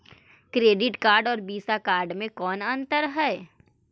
Credit card और Visa card मे कौन अन्तर है?